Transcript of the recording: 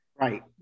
Right